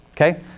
Okay